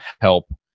help